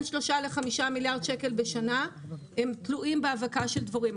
שלושה לחמישה מיליארד שקל בשנה תלויים בהאבקה של דבורים.